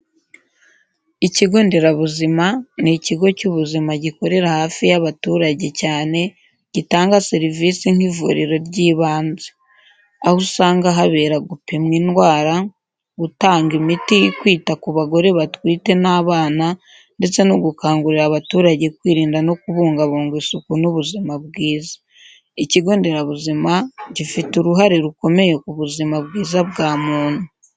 Ikigonderabuzima ni ikigo cy’ubuzima gikorera hafi y’abaturage cyane, gitanga serivisi nk’ivuriro ry’ibanze. Aho usanga habera gupimwa indwara, gutanga imiti, kwita ku bagore batwite n’abana, ndetse no gukangurira abaturage kwirinda no kubungabunga isuku n’ubuzima bwiza. Ikigonderabuzima gifite uruhara rukomeye ku buzima bwiza bwa muntu.